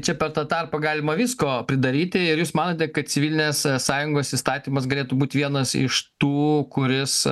čia per tą tarpą galima visko pridaryti ir jūs manote kad civilinės sąjungos įstatymas galėtų būti vienas iš tų kuris